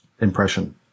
impression